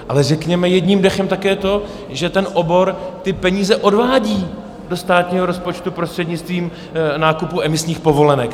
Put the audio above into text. Ale řekněme jedním dechem také to, že ten obor ty peníze odvádí do státního rozpočtu prostřednictvím nákupu emisních povolenek.